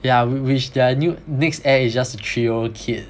ya which their new next heir is just a three year old kid